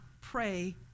pray